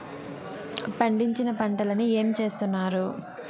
పండించిన పంటలని ఏమి చేస్తున్నారు?